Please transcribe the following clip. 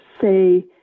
say